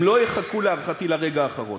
הם לא יחכו, להערכתי, לרגע האחרון.